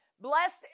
Blessed